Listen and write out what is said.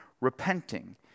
repenting